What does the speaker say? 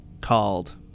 called